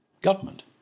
government